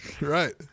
right